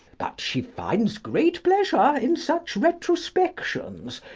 but she finds great pleasure in such retrospections,